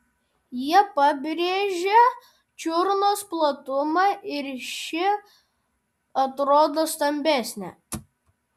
jie pabrėžia čiurnos platumą ir ši atrodo stambesnė